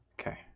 okay